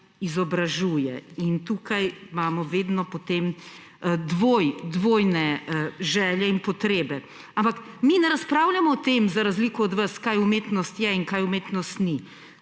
izobražuje, in tukaj imamo vedno potem dvojne želje in potrebe. Mi ne razpravljamo o tem, za razliko od vas, kaj umetnost je in kaj umetnost ni.